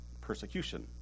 persecution